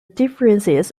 differences